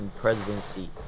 presidency